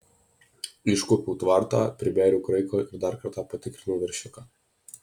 iškuopiau tvartą pribėriau kraiko ir dar kartą patikrinau veršiuką